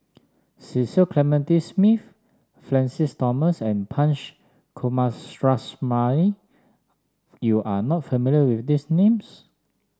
Cecil Clementi Smith Francis Thomas and Punch Coomaraswamy you are not familiar with these names